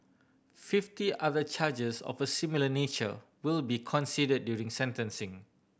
fifty other charges of a similar nature will be considered during sentencing